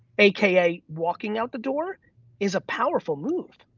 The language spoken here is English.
aka walking out the door is a powerful move.